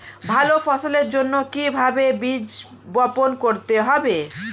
ভালো ফসলের জন্য কিভাবে বীজ বপন করতে হবে?